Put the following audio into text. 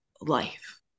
life